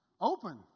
open